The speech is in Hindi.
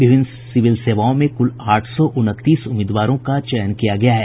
विभिन्न सिविल सेवाओं में कुल आठ सौ उनतीस उम्मीदवारों का चयन किया गया है